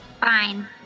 Fine